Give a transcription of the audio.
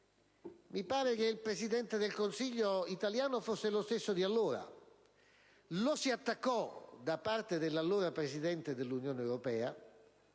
Mi pare che il Presidente del Consiglio italiano sia lo stesso di allora: lo si attaccò da parte dell'allora presidente della Commissione europea,